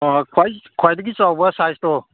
ꯈ꯭ꯋꯥꯏ ꯈ꯭ꯋꯥꯏꯗꯒꯤ ꯆꯥꯎꯕ ꯁꯥꯏꯁꯇꯣ